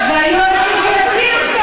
והיו אנשים שיצאו,